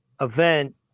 event